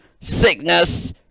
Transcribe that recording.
sickness